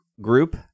group